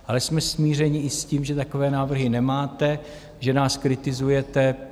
Ale jsme smířeni i s tím, že takové návrhy nemáte, že nás kritizujete.